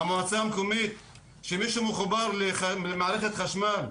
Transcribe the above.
כשמישהו מחובר למערכת חשמל,